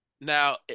now